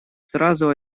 сразу